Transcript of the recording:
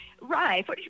Right